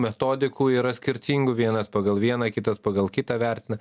metodikų yra skirtingų vienas pagal vieną kitas pagal kitą vertina